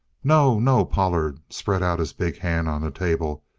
no, no! pollard spread out his big hand on the table.